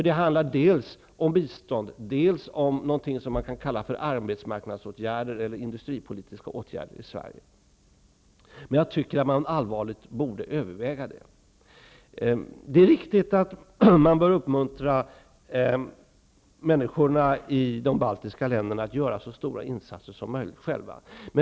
Det handlar dels om bistånd, dels om något som man kan kalla för arbetsmarknadsåtgärder eller industripolitiska åtgärder i Sverige. Jag tycker dock att man allvarligt borde överväga det. Det är riktigt att man bör uppmuntra människorna i de baltiska staterna att göra så stora insatser som möjligt själva.